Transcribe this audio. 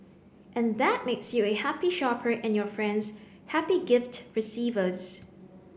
and that makes you a happy shopper and your friends happy gift receivers